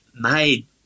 made